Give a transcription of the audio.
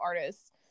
artists